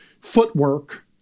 footwork